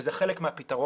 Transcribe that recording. וזה חלק מהפתרון.